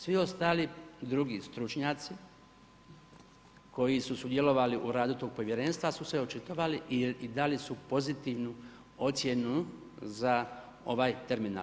Svi ostali drugi stručnjaci, koji su sudjelovali u radu tog povjerenstva su se očitovali i dali su pozitivnu ocjenu za ovaj terminal.